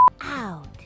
Out